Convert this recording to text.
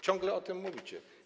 Ciągle o tym mówicie.